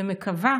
ומקווה